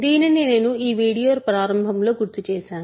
దీనిని నేను ఈ వీడియో ప్రారంభంలో గుర్తు చేశాను